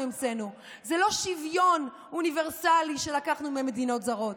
זה ברור לחלוטין שאתם יודעים היטב מה טוב למדינת ישראל.